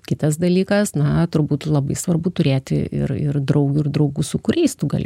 kitas dalykas na turbūt labai svarbu turėti ir ir draugių ir draugų su kuriais tu gali